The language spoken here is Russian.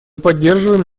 поддерживаем